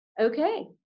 Okay